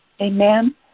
Amen